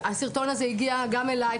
שהסרטון הזה הגיע גם אליי,